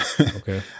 okay